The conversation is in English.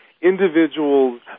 individuals